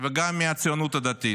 וגם מהציונות הדתית,